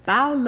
Bow